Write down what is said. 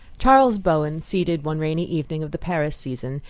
charles bowen, seated, one rainy evening of the paris season,